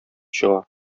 чыга